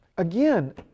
Again